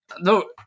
No